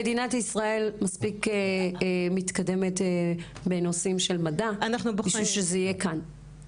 מדינת ישראל מספיק מתקדמת בנושאים של מדע בשביל שזה יהיה כאן.